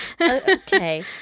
okay